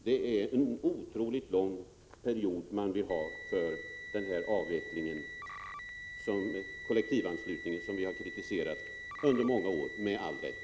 Det är otroligt lång tid man vill ha på sig för avveckling av den kollektivanslutning som vi har kritiserat under många år — med all rätt.